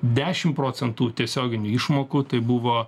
dešim procentų tiesioginių išmokų tai buvo